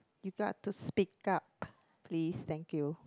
you got to speak up please thank you